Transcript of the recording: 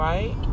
Right